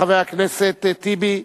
חבר הכנסת טיבי,